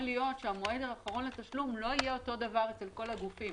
להיות שהמועד האחרון לתשלום לא יהיה זהה בכל הגופים.